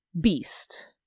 beast